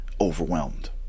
overwhelmed